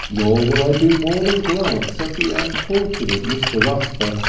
nor will i do more than glance at the unfortunate mr. rusper,